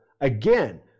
again